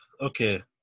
Okay